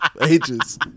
ages